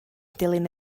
dilyn